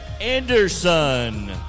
Anderson